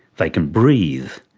they can breathe.